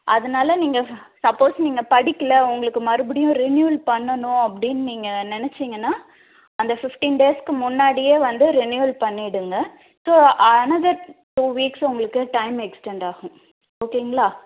அதனால நீங்கள் சப்போஸ் நீங்கள் படிக்கலை உங்களுக்கு மறுபடியும் ரினிவல் பண்ணனும் அப்படினு நீங்கள் நினச்சிங்கனா அந்த பிஃப்டீன் டேஸ்க்கு முன்னாடியே வந்து ரினிவல் பண்ணிவிடுங்க ஸோ அனதர் டூ வீக்ஸ் உங்களுக்கு எக்ஸ்டெண்ட் ஆகும் ஓகேங்களா